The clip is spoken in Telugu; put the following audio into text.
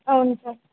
అవును సార్